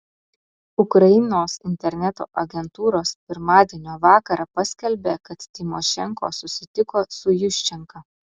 ukrainos interneto agentūros pirmadienio vakarą paskelbė kad tymošenko susitiko su juščenka